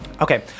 Okay